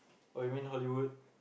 oh you mean Hollywood